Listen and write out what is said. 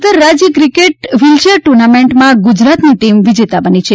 આંતરરાજ્ય cricket wheelchair ટુર્નામેન્ટમાં ગુજરાતની ટીમ વિજેતા બની છે